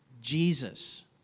Jesus